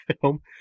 film